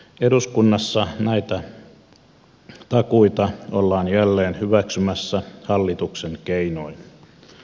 eduskunnassa näitä takuita ollaan jälleen hyväksymässä hallituksen keinoin